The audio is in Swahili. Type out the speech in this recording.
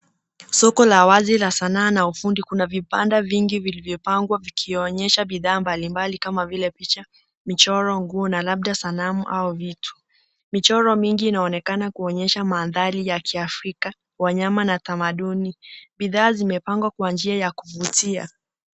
Soko la wazi la sanaa na ufundi, kuna vibanda vingi vilivyopangwa vikionyeshe bidhaa mbalimbali kama vile picha, michoro, nguo na labda sanamu au vitu . Michoro mingi inaonekana kuonyesha mandhari ya kiafrika, wanyama na tamaduni. Bidhaa zimepangwa kwa njia ya kuvutia.